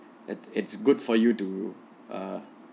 it it's good for you to uh